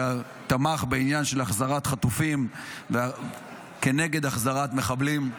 שתמך בעניין של החזרת חטופים כנגד החזרת מחבלים,